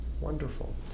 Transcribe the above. Wonderful